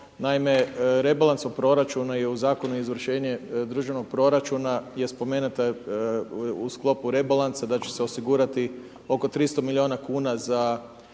Naime, rebalansom proračunu je u zakonu i izvršenje državnog proračuna, gdje je spomenuta u sklopu rebalansa da će se osigurati oko 300 milijuna kn, za